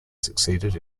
succeeded